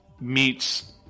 meets